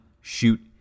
shoot